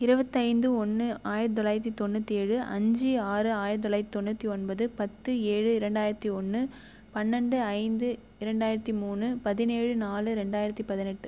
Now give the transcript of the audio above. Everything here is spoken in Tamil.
இருவத்தைந்து ஒன்னு ஆயிரத்தி தொள்ளாயிரத்தி தொண்ணூற்றி ஏழு அஞ்சு ஆறு ஆயிரத்தி தொள்ளாயிரத்தி தொண்ணூற்றி ஒன்பது பத்து ஏழு இரண்டாயிரத்தி ஒன்னு பன்னெண்டு ஐந்து இரண்டாயிரத்தி மூணு பதினேழு நாலு ரெண்டாயிரத்தி பதினெட்டு